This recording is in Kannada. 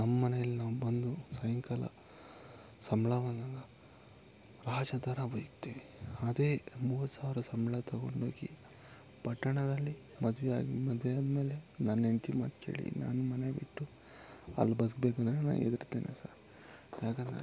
ನಮ್ಮ ಮನೇಲಿ ನಾವು ಬಂದು ಸಾಯಂಕಾಲ ಸಂಬಳ ಬಂದಾಗ ರಾಜ ಥರ ಇರ್ತೀವಿ ಅದೇ ಮೂವತ್ತು ಸಾವಿರ ಸಂಬಳ ತಗೊಂಡೋಗಿ ಪಟ್ಟಣದಲ್ಲಿ ಮದುವೆಯಾಗಿ ಮದುವೆಯಾದ್ಮೇಲೆ ನನ್ನ ಹೆಂಡತಿ ಮಾತು ಕೇಳಿ ನಾನು ಮನೆ ಬಿಟ್ಟು ಅಲ್ಲಿ ಬದಕ್ಬೇಕಂದ್ರೆ ನಾನು ಹೆದರ್ತೀನಿ ಸಾರ್ ಯಾಕಂದರೆ